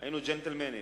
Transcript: היינו ג'נטלמנים.